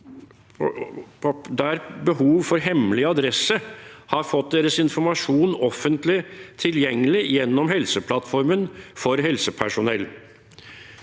med behov for hemmelig adresse har fått sin informasjon offentlig tilgjengelig gjennom Helseplattformen for helsepersonell.